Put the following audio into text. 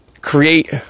create